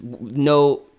no